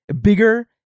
bigger